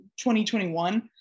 2021